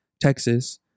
Texas